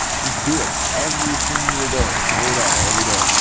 just do it every single day carried out every day,